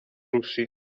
russi